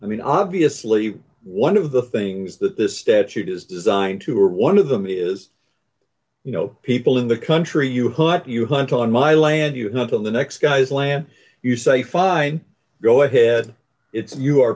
i mean obviously one of the things that this statute is designed to are one of them is you know people in the country you what you hunt on my land you hunt in the next guy's land you say fine go ahead it's you are